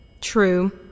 True